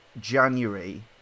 January